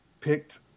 picked